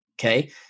Okay